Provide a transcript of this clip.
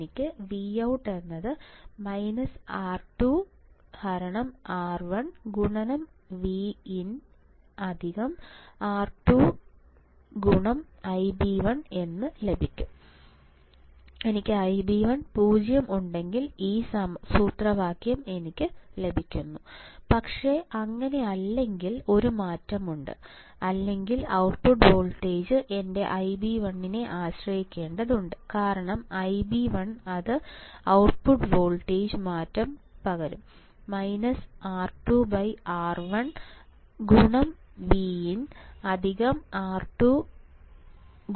എനിക്ക് Ib10 ഉണ്ടെങ്കിൽ ഈ സൂത്രവാക്യം എനിക്ക് ലഭിക്കുന്നു പക്ഷേ അങ്ങനെയല്ലെങ്കിൽ ഒരു മാറ്റമുണ്ട് അല്ലെങ്കിൽ ഔട്ട്പുട്ട് വോൾട്ടേജ് എന്റെ Ib1 നെ ആശ്രയിക്കേണ്ടതുണ്ട് കാരണം Ib1 അത് ഔട്ട്പുട്ട് വോൾട്ടേജ് മാറ്റും പകരം R2R1Vin R2Ib1